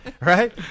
Right